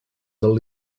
del